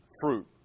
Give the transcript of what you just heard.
fruit